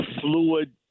fluid